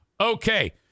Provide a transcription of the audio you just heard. Okay